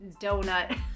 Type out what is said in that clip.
donut